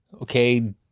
Okay